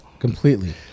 Completely